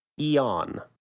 Eon